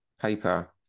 paper